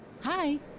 Hi